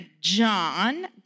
John